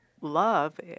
Love